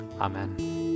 amen